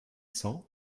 cents